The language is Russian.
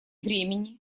времени